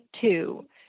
two